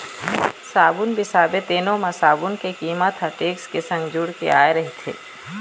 साबून बिसाबे तेनो म साबून के कीमत ह टेक्स के संग जुड़ के आय रहिथे